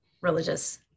religious